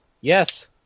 Yes